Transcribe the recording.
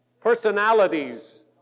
personalities